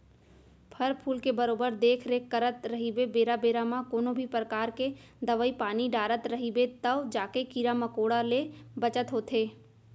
फर फूल के बरोबर देख रेख करत रइबे बेरा बेरा म कोनों भी परकार के दवई पानी डारत रइबे तव जाके कीरा मकोड़ा ले बचत होथे